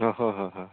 অঁ হয় হয় হয়